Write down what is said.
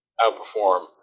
outperform